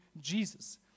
Jesus